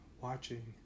watching